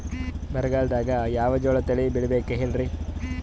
ಬರಗಾಲದಾಗ್ ಯಾವ ಜೋಳ ತಳಿ ಬೆಳಿಬೇಕ ಹೇಳ್ರಿ?